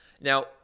Now